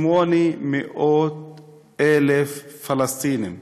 800,000 פלסטינים.